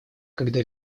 когда